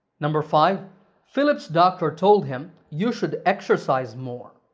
number five philip's doctor told him, you should exercise more.